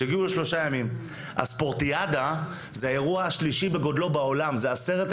גם הספורטיאדה היא האירוע השלישי בגודלו בעולם: עשרת